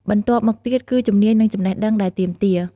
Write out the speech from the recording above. បន្ទាប់មកទៀតគឺ ជំនាញ និងចំណេះដឹង ដែលទាមទារ។